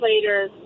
later